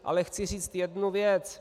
Ale chci říct jednu věc.